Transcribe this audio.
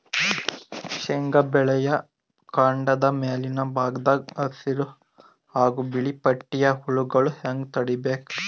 ಶೇಂಗಾ ಬೆಳೆಯ ಕಾಂಡದ ಮ್ಯಾಲಿನ ಭಾಗದಾಗ ಹಸಿರು ಹಾಗೂ ಬಿಳಿಪಟ್ಟಿಯ ಹುಳುಗಳು ಹ್ಯಾಂಗ್ ತಡೀಬೇಕು?